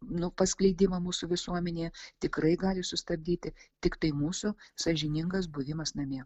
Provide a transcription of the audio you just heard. nu paskleidimą mūsų visuomenėje tikrai gali sustabdyti tiktai mūsų sąžiningas buvimas namie